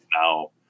now